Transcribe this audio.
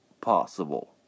possible